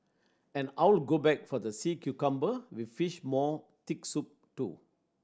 and I'll go back for the sea cucumber with fish maw thick soup too